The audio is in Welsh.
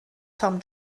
tom